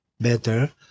better